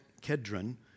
Kedron